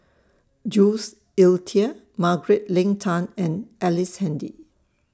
Jules Itier Margaret Leng Tan and Ellice Handy